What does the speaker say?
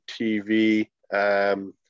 TV